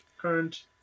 current